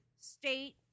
state